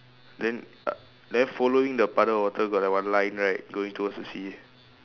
then uh then following the puddle of water got like one line right going towards the sea